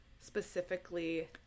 specifically